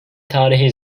tarihi